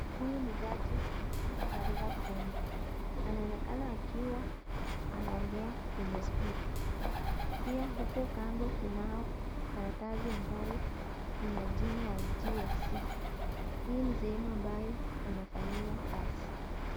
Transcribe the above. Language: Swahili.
Huyu ni jaji, mkuu, anataka kum, anaonekana akiwa, anaongea, kwenye(cs)speaker(cs), pia huku kando kunao karatasi ambayo, ina jina ya G.S.C , hii ni sehemu ambayo, anafanyia kazi.